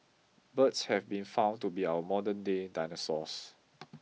birds have been found to be our modernday dinosaurs